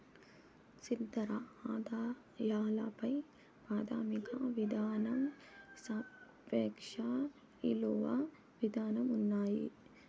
స్థిర ఆదాయాల పై ప్రాథమిక విధానం సాపేక్ష ఇలువ విధానం ఉన్నాయి